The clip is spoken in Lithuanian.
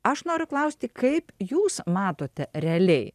aš noriu klausti kaip jūs matote realiai